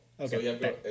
Okay